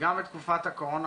וגם בתקופת הקורונה,